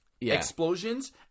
Explosions